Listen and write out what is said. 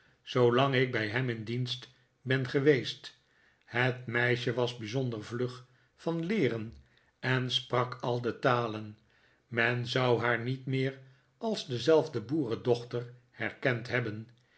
zoolang ik bij hem in dienst ben geweest het meisje was bij zonder vlug van leeren en sprak al de talen men zou haar niet meer als dezelfde boerendochter herkend hebben